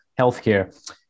healthcare